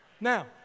Now